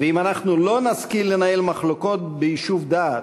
ואם אנחנו לא נשכיל לנהל מחלוקות ביישוב דעת,